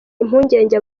impungenge